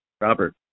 Robert